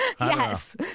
Yes